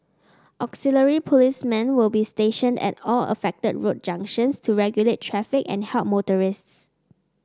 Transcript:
auxiliary policemen will be stationed at all affected road junctions to regulate traffic and help motorists